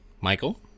Michael